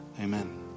Amen